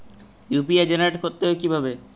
UPI generate করতে হয় কিভাবে?